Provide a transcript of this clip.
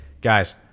guys